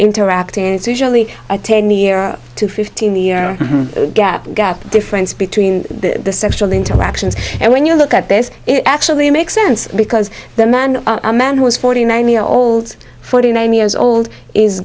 interacting and it's usually a ten year to fifteen year gap gap difference between the sexual interactions and when you look at this it actually makes sense because the man a man who is forty nine year old forty nine years old is